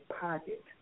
pocket